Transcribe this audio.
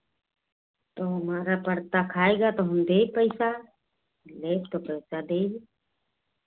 तो हमारा परता खायगा तो तो हम देब पैसा लेब तो पैसा देब